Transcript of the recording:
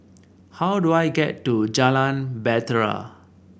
how do I get to Jalan Bahtera